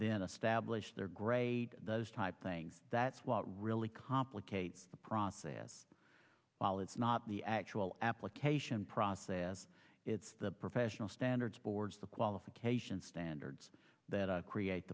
then establish their grade those type things that's what really complicates the process well it's not the actual application process it's the professional standards boards the qualification standards that create